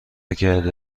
کرده